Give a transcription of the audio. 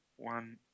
One